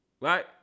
Right